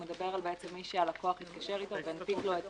הוא מדבר על מי שהלקוח התקשר איתו והנפיק לו את